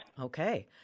Okay